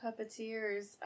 puppeteers